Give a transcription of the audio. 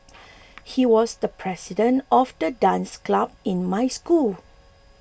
he was the president of the dance club in my school